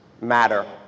matter